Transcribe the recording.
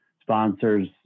Sponsors